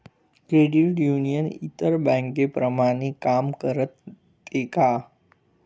Credit union इतर बँकांप्रमाणे काम करते का?